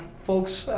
folks,